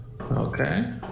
Okay